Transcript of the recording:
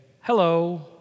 hello